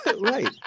Right